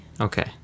Okay